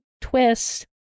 twist